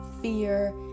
fear